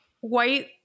White